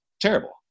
terrible